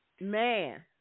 Man